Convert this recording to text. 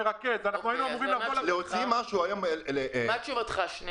אני יודע שההתאחדות והשלטון המקומי הולכים לכזה